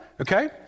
Okay